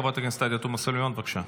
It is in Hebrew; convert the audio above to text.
חברת הכנסת עאידה תומא סלימאן, בבקשה.